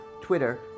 Twitter